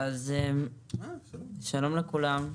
שלום לכולם,